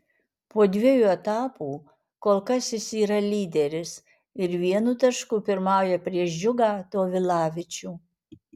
po dviejų etapų kol kas jis yra lyderis ir vienu tašku pirmauja prieš džiugą tovilavičių